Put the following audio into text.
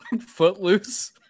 Footloose